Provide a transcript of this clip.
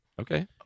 Okay